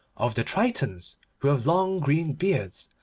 of the tritons who have long green beards,